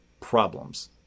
Problems